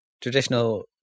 traditional